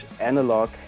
analog